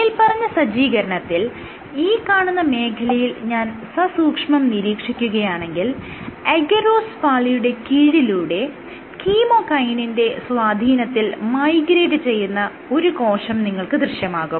മേല്പറഞ്ഞ സജ്ജീകരണത്തിൽ ഈ കാണുന്ന മേഖലയിൽ ഞാൻ സസൂക്ഷ്മം നീരീക്ഷിക്കുകയാണെങ്കിൽ അഗാരോസ് പാളിയുടെ കീഴിലൂടെ കീമോകൈനിന്റെ സ്വാധീനത്തിൽ മൈഗ്രേറ്റ് ചെയ്യുന്ന ഒരു കോശം നിങ്ങൾക്ക് ദൃശ്യമാകും